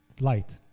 Light